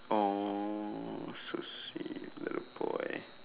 !aww! so sweet love boy